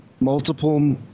multiple